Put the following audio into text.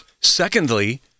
Secondly